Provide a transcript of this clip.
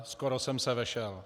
Skoro jsem se vešel.